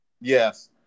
Yes